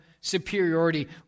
superiority